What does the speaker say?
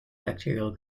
bacterial